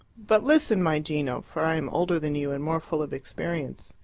but listen, my gino, for i am older than you and more full of experience.